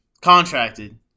Contracted